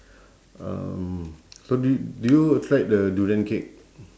um so do y~ do you tried the durian cake